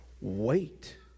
wait